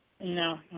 no